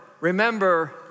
remember